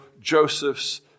Joseph's